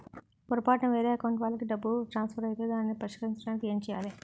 పొరపాటున వేరే అకౌంట్ వాలికి డబ్బు ట్రాన్సఫర్ ఐతే దానిని పరిష్కరించడానికి ఏంటి చేయాలి?